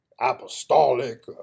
apostolic